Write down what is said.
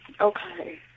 Okay